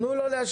תנו לו להשלים.